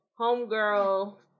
homegirl